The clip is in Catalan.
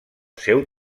seu